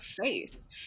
face